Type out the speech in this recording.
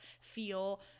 feel